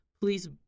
Please